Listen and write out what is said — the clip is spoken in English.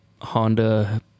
honda